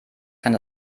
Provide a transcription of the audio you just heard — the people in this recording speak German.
kann